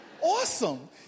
awesome